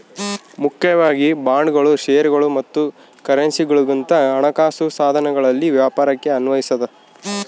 ಮುಖ್ಯವಾಗಿ ಬಾಂಡ್ಗಳು ಷೇರುಗಳು ಮತ್ತು ಕರೆನ್ಸಿಗುಳಂತ ಹಣಕಾಸು ಸಾಧನಗಳಲ್ಲಿನ ವ್ಯಾಪಾರಕ್ಕೆ ಅನ್ವಯಿಸತದ